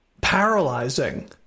paralyzing